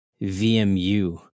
VMU